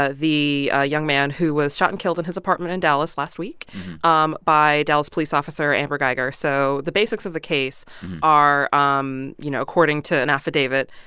ah the ah young man who was shot and killed in his apartment in dallas last week um by dallas police officer amber guyger. so the basics of the case are, um you know, according to an affidavit,